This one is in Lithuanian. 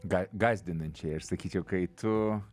ga gąsdinančiai aš sakyčiau kai tu